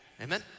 Amen